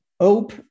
hope